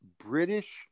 British